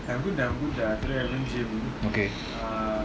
okay